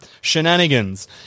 shenanigans